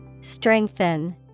Strengthen